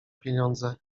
pieniądze